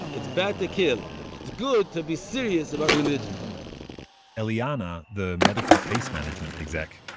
it's bad to kill. it's good to be serious about religion eliana, the medical case-management exec,